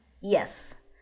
Yes